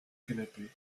canapé